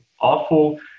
awful